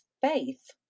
Faith